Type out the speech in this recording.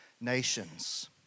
nations